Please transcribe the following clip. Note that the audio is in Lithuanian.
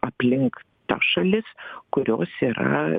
aplink tas šalis kurios yra